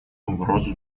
угрозу